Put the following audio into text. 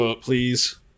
Please